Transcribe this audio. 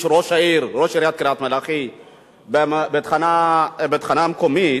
ראש עיריית קריית-מלאכי בתחנה המקומית.